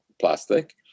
plastic